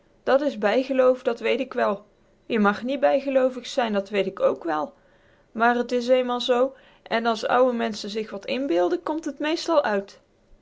dat is bijgeloof dat weet k wel je mag niet bijgeloovig zijn dat weet k ook wel maar t is eenmaal zoo en as ouwe menschen zich wat inbeelden komt t meestal uit